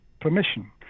permission